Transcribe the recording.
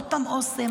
עוד פעם אוסם,